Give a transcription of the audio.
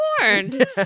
warned